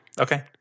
Okay